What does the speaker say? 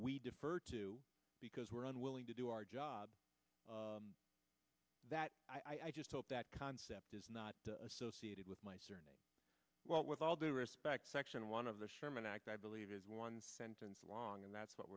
we defer to because we're unwilling to do our job that i just hope that concept is not associated with my surname what with all due respect section one of the sherman act i believe is one sentence long and that's what